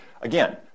again